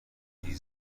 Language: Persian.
عبری